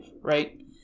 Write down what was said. right